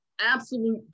absolute